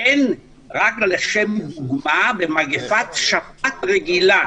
רק לשם דוגמה, במגפת שפעת רגילה